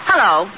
Hello